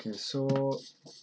k so